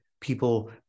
people